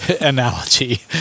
analogy